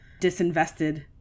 disinvested